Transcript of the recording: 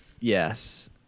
yes